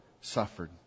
suffered